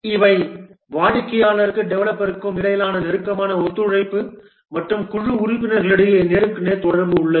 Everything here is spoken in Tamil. இவை வாடிக்கையாளருக்கும் டெவலப்பருக்கும் இடையிலான நெருக்கமான ஒத்துழைப்பு மற்றும் குழு உறுப்பினர்களிடையே நேருக்கு நேர் தொடர்பு உள்ளது